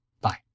Bye